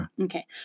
Okay